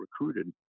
recruited